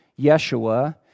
Yeshua